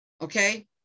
okay